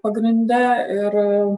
pagrinde ir